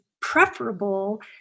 preferable